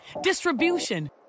distribution